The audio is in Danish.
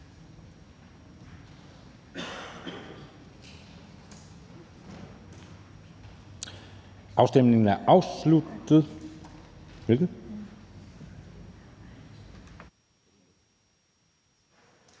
Afstemningen er afsluttet.